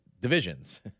divisions